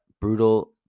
Brutal